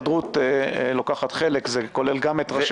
הצטרף אלינו הממונה על התקציבים, שאול מרידור?